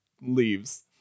leaves